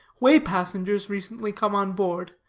way-passengers, recently come on board,